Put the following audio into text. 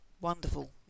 wonderful